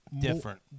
different